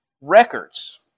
records